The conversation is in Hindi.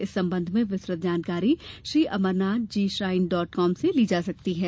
इस संबंध में विस्तृत जानकारी Shri Amarnath ji shrine dot com से ली जा सकती है